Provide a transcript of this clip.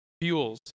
fuels